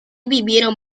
vivieron